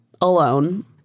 alone